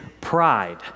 pride